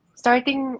starting